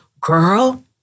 girl